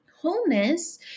Wholeness